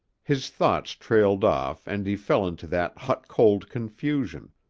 his thoughts trailed off and he fell into that hot-cold confusion,